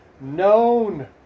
known